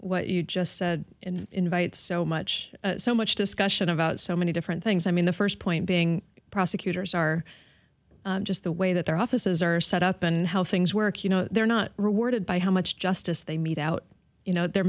what you just said invites so much so much discussion about so many different things i mean the first point being prosecutors are just the way that their offices are set up and how things work you know they're not rewarded by how much justice they mete out you know they